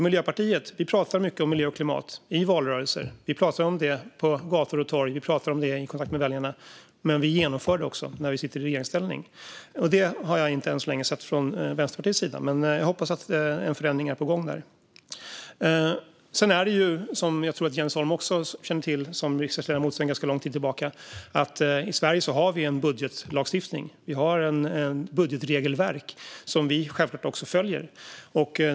Miljöpartiet pratar mycket miljö och klimat i valrörelser. Vi pratar om det på gator och torg, och vi pratar om det i kontakt med väljarna. Men vi genomför också i regeringsställning. Det har jag än så länge inte sett från Vänsterpartiets sida, men jag hoppas att en förändring är på gång. Sedan är det ju så, vilket jag tror att Jens Holm som riksdagsledamot sedan ganska lång tid tillbaka också känner till, att i Sverige har vi en budgetlagstiftning. Vi har ett budgetregelverk som vi självklart följer.